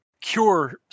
cure